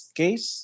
case